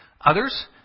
Others